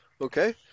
Okay